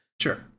Sure